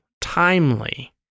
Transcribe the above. timely